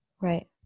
Right